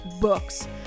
books